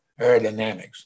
aerodynamics